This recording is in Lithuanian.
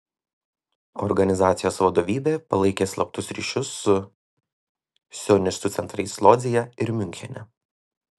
organizacijos vadovybė palaikė slaptus ryšius su sionistų centrais lodzėje ir miunchene